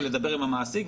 לדבר עם המעסיק,